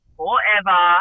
forever